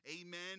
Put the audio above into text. amen